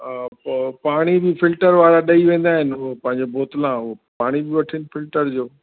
हा पोइ पाणी बि फिल्टर वारा ॾई वेंदा आहिनि उहो पंहिंजो बोतलां उहो पाणी बि वठनि फिल्टर जो